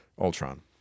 ultron